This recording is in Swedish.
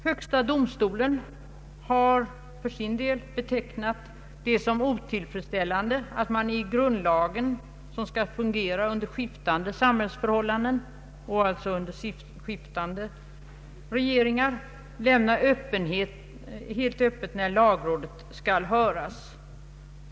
Högsta domstolen har för sin del betecknat det som otillfredsställande att man i grundlagen, som skall fungera under skiftande samhällsförhållanden och alltså under skiftande regeringar, lämnar frågan helt öppen huruvida lagrådet skall höras.